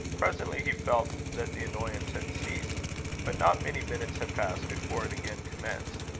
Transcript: presently he felt that the annoyance had ceased but not many minutes had passed, before it again commenced.